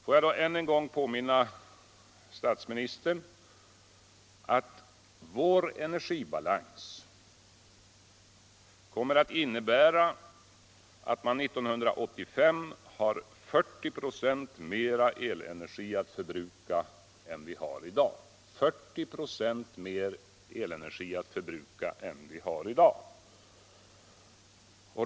Får jag då än en gång påminna stats ministern om att vår energibalans kommer att innebära att man 1985 har 40 96 mera elenergi att förbruka än vi har i dag.